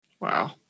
Wow